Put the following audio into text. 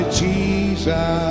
jesus